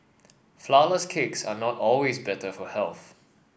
flourless cakes are not always better for health